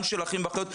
גם של אחים ואחיות.